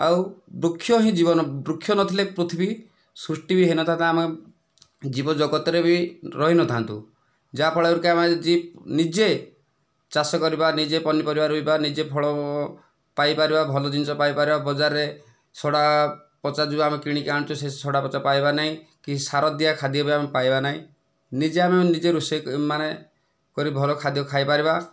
ଆଉ ବୃକ୍ଷ ହିଁ ଜୀବନ ବୃକ୍ଷ ନଥିଲେ ପୃଥିବୀ ସୃଷ୍ଟି ବି ହୋଇନଥାନ୍ତା ଆମେ ଜୀବ ଜଗତରେ ବି ରହିନଥାନ୍ତୁ ଯାହା ଫଳରେକି ଆମେ ଆଜି ନିଜେ ଚାଷ କରିବା ନିଜେ ପନିପରିବା ୠଇବା ନିଜେ ଫଳ ପାଇପାରିବା ଭଲ ଜିନିଷ ପାଇପାରିବା ବଜାରରେ ସଢ଼ା ପଚା ଯେଉଁ ଆମେ କିଣିକି ଅଣୁଛେ ସେ ସଢ଼ା ପଚା ପାଇବା ନାହିଁ କି ସାର ଦିଆ ଖାଦ୍ୟ ବି ଆମେ ପାଇବା ନାହିଁ ନିଜେ ଆମେ ନିଜେ ରୋଷେଇ ମାନେ କରି ଭଲ ଖାଦ୍ୟ ଖାଇ ପାରିବା